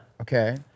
okay